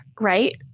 right